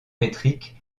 métrique